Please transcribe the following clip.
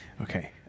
Okay